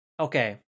Okay